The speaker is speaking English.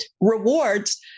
rewards